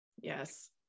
Yes